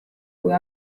kui